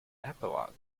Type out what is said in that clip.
epilogue